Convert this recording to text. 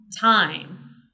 time